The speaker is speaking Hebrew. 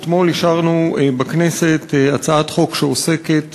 אתמול אישרנו בכנסת הצעת חוק שעוסקת,